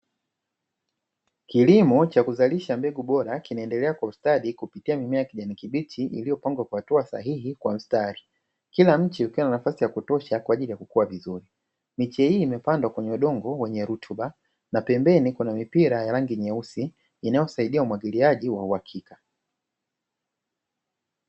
Kilimo cha kuzalisha mbegu bora kinaendelea kwa ustadi, kupitia mimea kijani kibichi iliyopangwa kwa hatua sahihi kwa mstari. Kila mche ukiwa na nafasi ya kutosha kwa ajili ya kukua vizuri. Miche hii imepandwa kwenye udongo wenye rutuba na pembeni kuna mipira ya rangi nyeusi inayosaidia umwagiliaji wa uhakika.